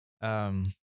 Um-